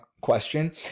question